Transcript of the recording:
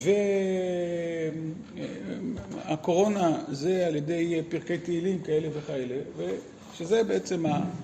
והקורונה זה על ידי פרקי תהילים כאלה וכאלה ושזה בעצם ה...